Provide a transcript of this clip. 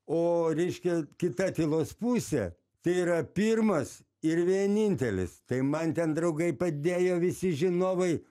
o reiškia kita tylos pusė tai yra pirmas ir vienintelis tai man ten draugai padėjo visi žinovai